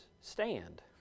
stand